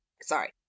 sorry